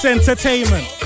Entertainment